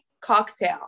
cocktail